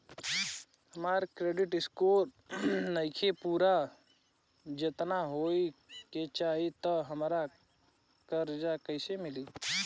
हमार credit score नईखे पूरत जेतना होए के चाही त हमरा कर्जा कैसे मिली?